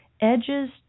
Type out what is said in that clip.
Edges